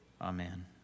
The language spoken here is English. Amen